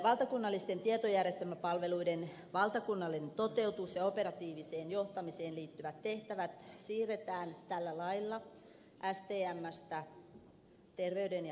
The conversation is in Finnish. valtakunnallisten tietojärjestelmäpalveluiden valtakunnallinen toteutus ja operatiiviseen johtamiseen liittyvät tehtävät siirretään tällä lailla stmstä terveyden ja hyvinvoinnin laitokselle